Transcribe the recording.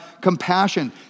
compassion